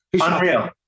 Unreal